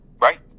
Right